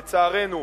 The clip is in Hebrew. לצערנו,